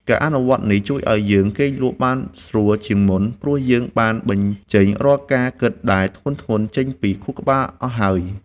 ការអនុវត្តនេះជួយឱ្យយើងគេងលក់បានស្រួលជាងមុន ព្រោះយើងបានបញ្ចេញរាល់ការគិតដែលធ្ងន់ៗចេញពីខួរក្បាលអស់ហើយ។